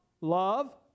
Love